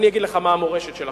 אני אגיד לך מה המורשת שלכם,